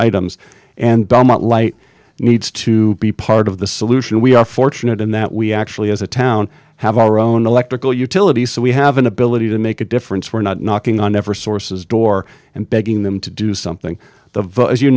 items and dummett light needs to be part of the solution we are fortunate in that we actually as a town have our own electrical utility so we have an ability to make a difference we're not knocking on ever sources door and begging them to do something